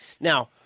Now